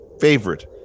Favorite